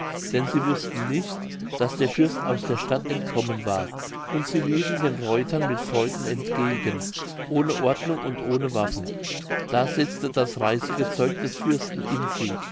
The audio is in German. denn sie wußten nicht daß der fürst aus der stadt entkommen war und sie liefen den reutern mit freuden entgegen ohne ordnung und ohne waffen da setzte das reisige zeug des fürsten in sie